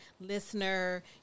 listener